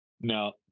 now